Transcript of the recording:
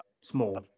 Small